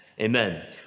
Amen